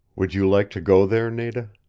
would you like to go there, nada?